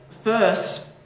first